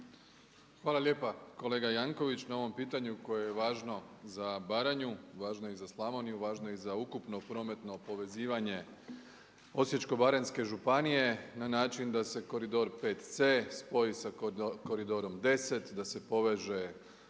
Hvala lijepa kolega Jankovics na ovom pitanju koje je važno za Baranju, važno je i za Slavoniju, važno je i za ukupno prometno povezivanje Osječko-baranjske županije na način da se koridor 5C spoji sa koridorom 10, da se poveže